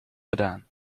gedaan